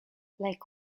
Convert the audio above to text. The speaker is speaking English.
lake